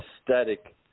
aesthetic